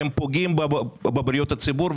הם פוגעים בבריאות הציבור.